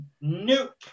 Nope